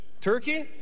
Turkey